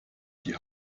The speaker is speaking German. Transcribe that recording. die